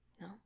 no